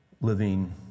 living